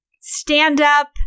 stand-up